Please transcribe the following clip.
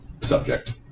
subject